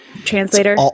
translator